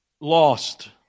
lost